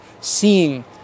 seeing